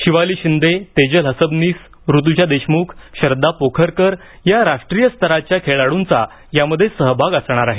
शिवाली शिंदे तेजल हसबनीस ऋतुजा देशमुख श्रद्धा पोखरकर या राष्ट्रीय स्तराच्या खेळाडूंचा यामध्ये सहभाग असणार आहे